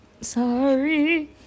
Sorry